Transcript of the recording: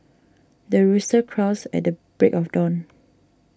the rooster crows at the break of dawn